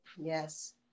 Yes